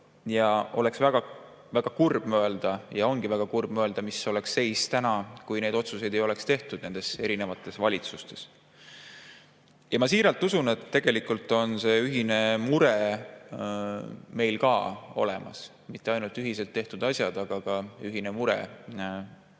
Oleks väga kurb mõelda ja ongi väga kurb mõelda, milline oleks seis täna, kui neid otsuseid ei oleks nendes erinevates valitsustes tehtud. Ma siiralt usun, et tegelikult on ka see ühine mure meil olemas, mitte ainult ühiselt tehtud asjad, aga ka ühine mure eakate